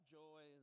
joy